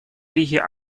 лиги